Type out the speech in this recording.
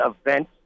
event